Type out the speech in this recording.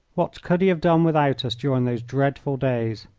what could he have done without us during those dreadful days?